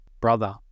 Brother